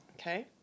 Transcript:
Okay